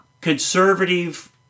conservative